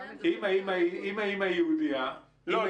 אם האימא היא יהודייה --- לא,